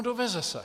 Doveze se.